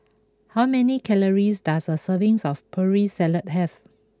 how many calories does a serving of Putri Salad have